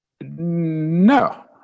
No